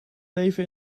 leven